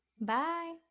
Bye